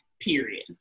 period